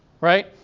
Right